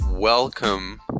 Welcome